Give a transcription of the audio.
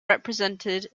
represented